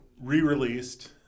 re-released